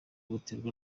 buterwa